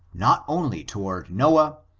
not only to ward noah,